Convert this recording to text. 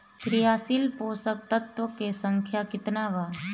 क्रियाशील पोषक तत्व के संख्या कितना बा?